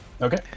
Okay